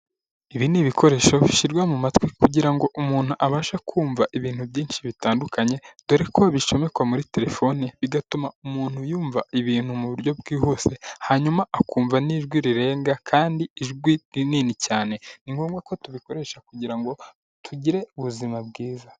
Ibi ni ibikoresho bishyirwa mu matwi kugira ngo umuntu abashe kumva ibintu byinshi bitandukanye, dore ko bicomekwa muri terefone bigatuma umuntu yumva ibintu mu buryo bwihuse, hanyuma akumva n'ijwi rirenga kandi ijwi rinini cyane. Ni ngombwa ko tubikoresha kugira ngo tugire ubuzima bwiza.